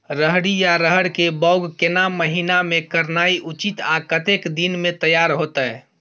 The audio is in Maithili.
रहरि या रहर के बौग केना महीना में करनाई उचित आ कतेक दिन में तैयार होतय?